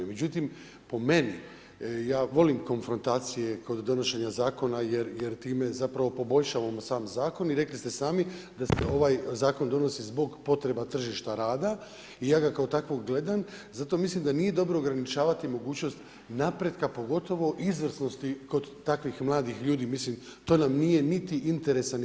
Međutim po meni, ja volim konfrontacije kod donošenja zakona jer time zapravo poboljšavamo sam zakon i rekli ste sami da se ovaj zakon donosi zbog potreba tržišta rada i ja ga kao takvog gledam i zato mislim da nije dobro ograničavati mogućnost napretka, pogotovo izvrsnosti kod takvih mladih ljudi, mislim to nam nije niti interes, a niti cilj.